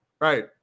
Right